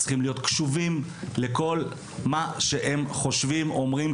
צריכים להיות קשובים לכל מה שהם חושבים ואומרים,